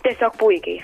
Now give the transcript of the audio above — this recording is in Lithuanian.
tiesiog puikiai